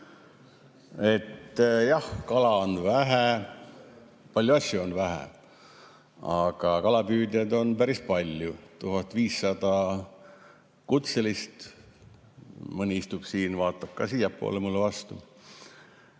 Jah, kala on vähe, paljusid asju on vähe. Aga kalapüüdjaid on päris palju, meil on 1500 kutselist – mõni istub siin ja vaatab siiapoole mulle vastu